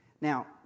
Now